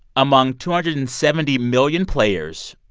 among two hundred and seventy million players,